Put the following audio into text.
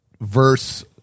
verse